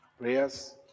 prayers